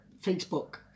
Facebook